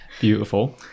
Beautiful